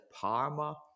Parma